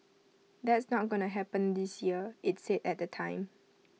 that's not going to happen this year IT said at the time